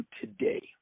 today